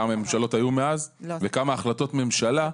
כמה ממשלות היו מאז וכמה החלטות ממשלה --- לא,